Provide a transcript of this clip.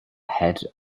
head